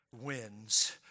wins